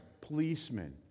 policemen